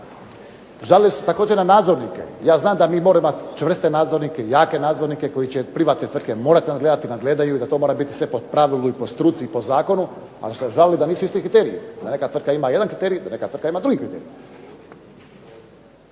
Žalili su se također na nadzornike. Ja znam da mi moramo imati čvrste nadzornike, jake nadzornike koje će privatne tvrtke morati nadgledati i da ih nadgledaju ih, da to sve mora biti po pravilu, po struci i po zakonu, ali su se žalili da nisu isti kriteriji. Da jedna tvrtka ima jedan kriterij, a da druga tvrtka ima drugih kriterij.